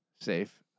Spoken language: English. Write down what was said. safe